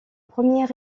premiers